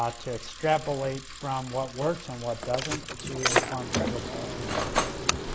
um to extrapolate from what works and what doesn't to inform federal policy making questions.